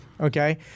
okay